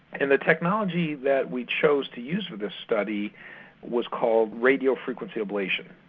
and the technology that we chose to use with this study was called radio frequency ablation.